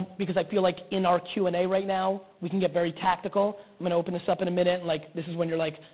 because i feel like in our q and a right now we can get very tactical, i'm gonna open this up in a minute, and and like this is where you're like,